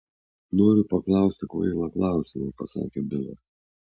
noriu paklausti kvailą klausimą pasakė bilas